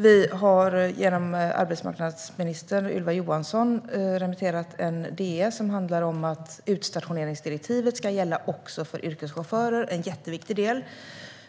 Vi har genom arbetsmarknadsminister Ylva Johansson remitterat en DS som handlar om att utstationeringsdirektivet ska gälla också för yrkeschaufförer. Det är en jätteviktig del.